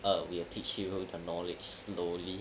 err we will teach you the knowledge slowly